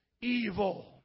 Evil